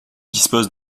dispose